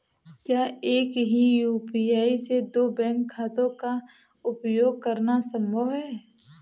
क्या एक ही यू.पी.आई से दो बैंक खातों का उपयोग करना संभव है?